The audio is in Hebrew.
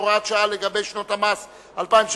הוראת שעה לגבי שנות המס 2007,